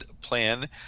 plan